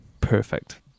perfect